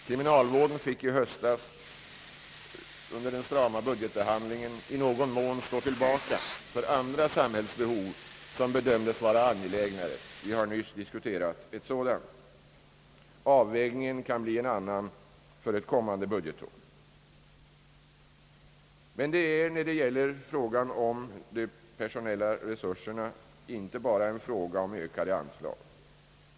Kriminalvården fick i höstens strama budgetbehandling i någon mån stå tillbaka för andra samhällsbehov som bedömdes vara angelägnare. Avvägningen kan bli en annan för ett kommande budgetår. Det är emellertid, när det gäller de personella resurserna, inte bara en fråga om ökade anslag.